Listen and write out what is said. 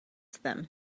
them